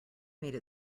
made